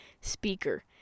speaker